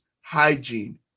hygiene